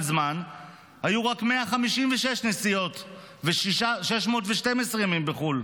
זמן היו רק 156 נסיעות ו-612 ימים בחו"ל.